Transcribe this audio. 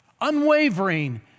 unwavering